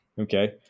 Okay